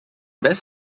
best